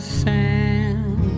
sand